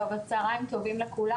צהריים טובים לכולם.